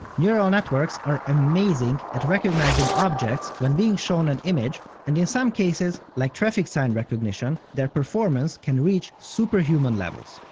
neural networks are amazing at recognizing objects when being shown an image, and in some cases, like traffic sign recognition, their performance can reach superhuman levels.